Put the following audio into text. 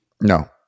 No